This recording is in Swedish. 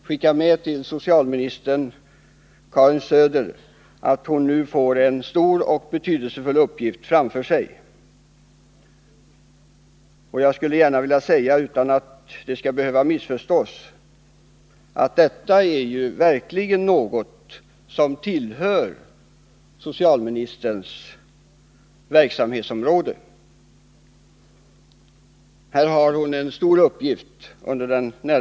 Socialministern Karin Söder har en stor och betydelsefull uppgift framför sig, och jag hoppas att jag inte missförstås när jag säger att detta verkligen tillhör socialministerns verksamhetsområde.